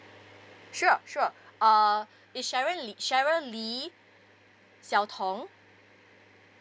sure sure uh it's cheryl lee cheryl lee xiau tong